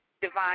divine